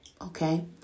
okay